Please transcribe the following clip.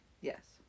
Yes